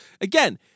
Again